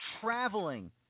traveling